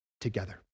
together